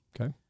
Okay